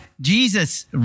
Jesus